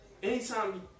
anytime